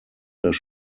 das